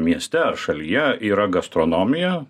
mieste ar šalyje yra gastronomija